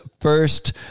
first